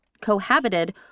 cohabited